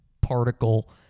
particle